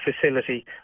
facility